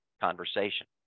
conversation